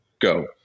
go